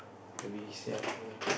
service yard